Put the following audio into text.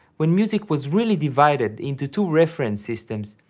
when music was really divided into two reference systems,